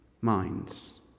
minds